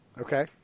Okay